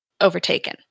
overtaken